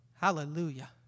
Hallelujah